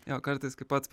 jo kartais kai pats